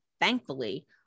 thankfully